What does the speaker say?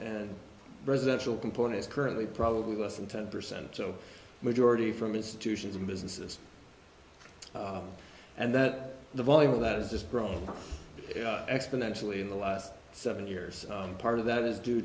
and residential components currently probably less than ten percent of majority from institutions and businesses and that the volume of that has just grown exponentially in the last seven years and part of that is due